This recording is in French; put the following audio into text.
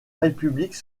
république